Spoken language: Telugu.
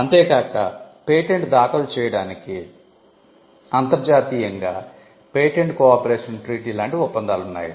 అంతే కాక పేటెంట్ దాఖలు చేయడానికి అంతర్జాతీయంగా Patent Cooperation Treaty లాంటి ఒప్పందాలున్నాయి